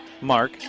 mark